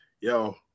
yo